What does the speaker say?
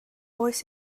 oes